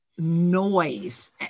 noise